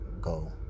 go